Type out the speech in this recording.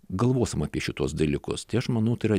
galvosim apie šituos dalykus tai aš manau tai yra